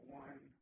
one